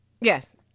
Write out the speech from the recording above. yes